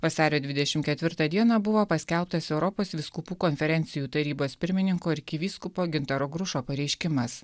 vasario dvidešimt ketvirtą dieną buvo paskelbtas europos vyskupų konferencijų tarybos pirmininko arkivyskupo gintaro grušo pareiškimas